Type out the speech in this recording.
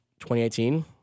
2018